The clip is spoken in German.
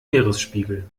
meeresspiegel